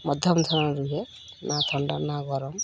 ମଧ୍ୟମ ଧରଣ ରୁହେ ନା ଥଣ୍ଡା ନା ଗରମ